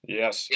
yes